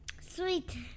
sweet